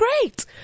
great